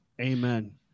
Amen